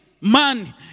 man